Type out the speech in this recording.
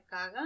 caga